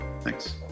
Thanks